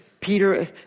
Peter